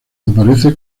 aparece